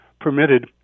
permitted